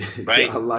Right